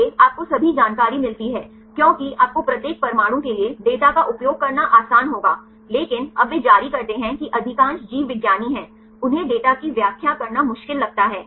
इसलिए आपको सभी जानकारी मिलती है क्योंकि आपको प्रत्येक परमाणु के लिए डेटा का उपयोग करना आसान होगा लेकिन अब वे जारी करते हैं कि अधिकांश जीवविज्ञानी हैं उन्हें डेटा की व्याख्या करना मुश्किल लगता है